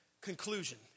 Conclusion